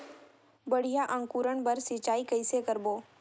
बढ़िया अंकुरण बर सिंचाई कइसे करबो?